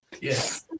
yes